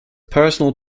personal